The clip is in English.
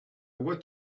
what